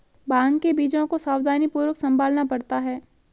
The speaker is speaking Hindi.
भांग के बीजों को सावधानीपूर्वक संभालना पड़ता है